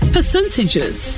Percentages